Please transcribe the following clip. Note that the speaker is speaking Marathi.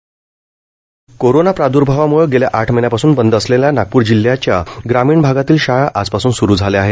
नागपर ग्रामीण शाळा कोरोना प्राद्र्भावा म्ळे गेल्या आठ महिन्यापासून बंद असलेल्या नागप्र जिल्ह्याच्या ग्रामीण भागातील शाळा आज पासून सुरू झाल्या आहेत